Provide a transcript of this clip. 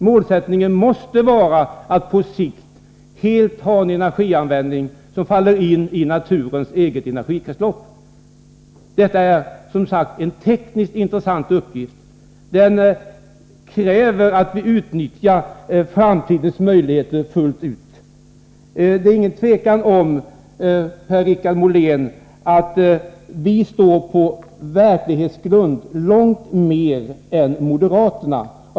Målsättningen måste vara att på sikt helt ha en energianvändning som faller in i naturens eget energikretslopp. Detta är som sagt en tekniskt intressant uppgift och kräver att vi utnyttjar framtidens möjligheter fullt ut. Det är, Per-Richard Molén, inget tvivel om att vi står på verklighetens grund långt mer än moderaterna.